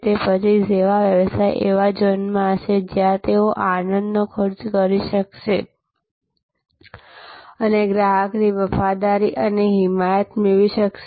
તે પછી સેવા વ્યવસાય એવા ઝોનમાં હશે જ્યાં તેઓ આનંદનો ખર્ચ કરી શકશે અને ગ્રાહકની વફાદારી અને હિમાયત મેળવી શકશે